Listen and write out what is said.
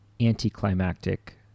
anticlimactic